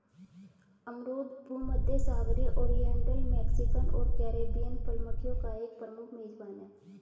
अमरूद भूमध्यसागरीय, oriental, Mexican और कैरिबियन फल मक्खियों का एक प्रमुख मेजबान है